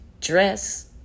dress